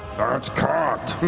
that's cocked.